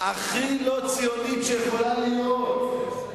קדימה רוצה לתת חינם לערבים,